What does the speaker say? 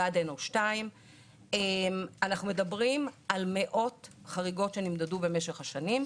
אנחנו מדברים על מאות חריגות שנמדדו במשך השנים.